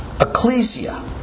Ecclesia